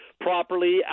properly